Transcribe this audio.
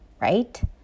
right